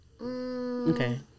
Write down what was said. Okay